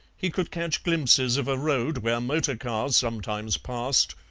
he could catch glimpses of a road where motor-cars sometimes passed,